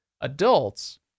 adults